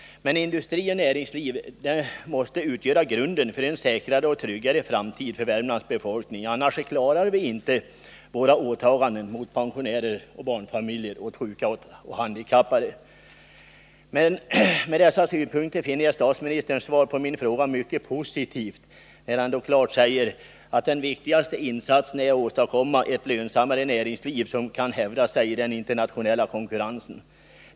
Men industri och näringsliv måste utgöra grunden för en säkrare och tryggare framtid för Värmlands befolkning - annars klarar vi inte av våra åtaganden mot pensionärer och barnfamiljer, sjuka och handikappade. Jag finner dock statsministerns svar på min fråga mycket positivt när han klart säger att den viktigaste insatsen är att åstadkomma ett lönsammare näringsliv som kan hävda sig i den internationella konkurrensen.